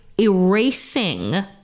erasing